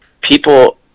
people